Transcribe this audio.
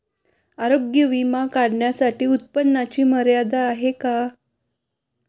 आरोग्य विमा काढण्यासाठी उत्पन्नाची मर्यादा आहे का?